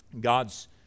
God's